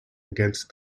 against